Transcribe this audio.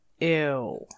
Ew